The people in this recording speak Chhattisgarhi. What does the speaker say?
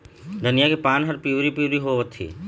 धनिया के पान हर पिवरी पीवरी होवथे?